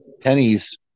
pennies